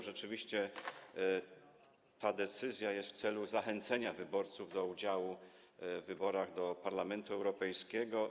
Rzeczywiście ta decyzja ma na celu zachęcenie wyborców do udziału w wyborach do Parlamentu Europejskiego.